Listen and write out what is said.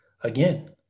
again